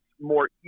more